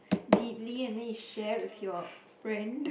deeply and then you share with your friend